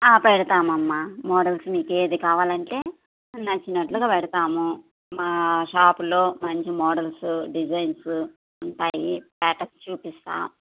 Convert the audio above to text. పెడతావమ్మ models మీకు ఏది కావాలంటే నచ్చినట్లుగా పెడతాము మా షాపులో మంచి మోడల్స్ డిజైన్స్ ఉంటాయి ప్యాటర్న్స్ చూపిస్తాను